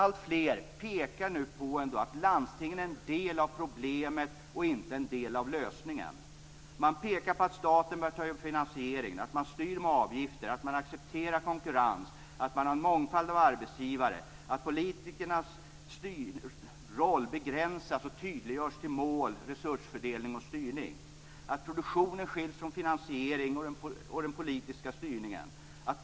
Alltfler pekar nu på att landstingen är en del av problemet och inte en del av lösningen. Staten bör ta över finansieringen, styra med avgifter, acceptera konkurrens. Där skall vara en mångfald av arbetsgivare, och politikernas roll begränsas och tydliggörs till mål, resursfördelning och styrning. Produktionen skall skiljas från finansieringen och den politiska styrningen.